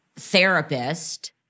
therapist